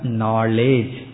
knowledge